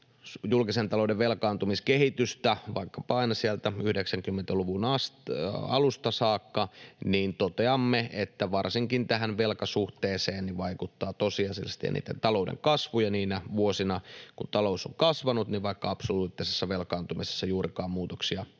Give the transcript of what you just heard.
julkisen talouden velkaantumiskehitystä vaikkapa aina sieltä 90-luvun alusta saakka, niin toteamme, että varsinkin velkasuhteeseen vaikuttaa tosiasiallisesti eniten talouden kasvu. Ja niinä vuosina, kun talous on kasvanut, vaikka absoluuttisessa velkaantumisessa ei juurikaan hirveästi ole